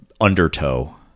undertow